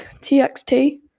TXT